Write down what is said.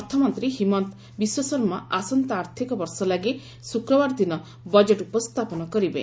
ଅର୍ଥମନ୍ତ୍ରୀ ହିମନ୍ତ ବିଶ୍ୱଶର୍ମା ଆସନ୍ତା ଆର୍ଥିକ ବର୍ଷ ଲାଗି ଶୁକ୍ରବାର ଦିନ ବଜେଟ୍ ଉପସ୍ଥାପନ କରିବେ